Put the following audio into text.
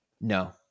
no